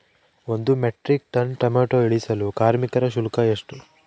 ಒಂದು metric ton tomato ಇಳಿಸಲು ಕಾರ್ಮಿಕರ ಶುಲ್ಕ ಎಷ್ಟು?